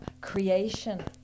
creation